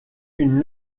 une